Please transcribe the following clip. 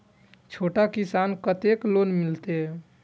छोट किसान के कतेक लोन मिलते?